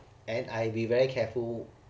and I be very careful